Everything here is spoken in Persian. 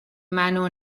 منو